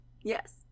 Yes